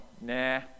nah